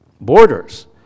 borders